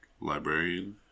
librarian